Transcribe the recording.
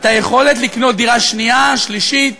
היכולת לקנות דירה שנייה, שלישית,